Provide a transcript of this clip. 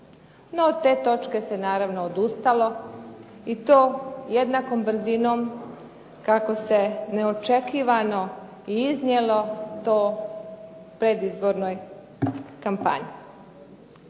No, od te točke se naravno odustalo i to jednakom brzinom kako se neočekivano i iznijelo to predizbornoj kampanji.